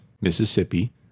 Mississippi